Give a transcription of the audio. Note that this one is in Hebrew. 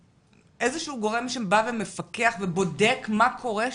איזשהו גורם שבא ומפקח ובודק מה קורה שם,